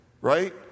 right